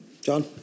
John